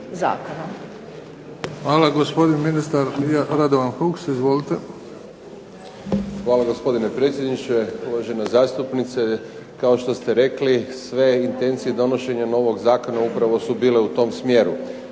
Hvala gospodine predsjedniče, uvažena zastupnice. Kao što ste rekli sve intencije donošenja novog Zakona upravo su bile u tome smjeru.